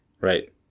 right